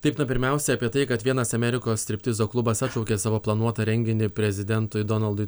taip na pirmiausia apie tai kad vienas amerikos striptizo klubas atšaukė savo planuotą renginį prezidentui donaldui